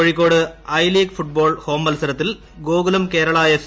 Kozhikode I League football home മത്സരത്തിൽ Gokulam Kerala F